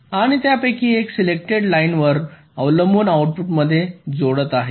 आणि त्यापैकी काही सिलेक्टेड लाईन्सवर अवलंबून आउटपुटमध्ये जोडत आहे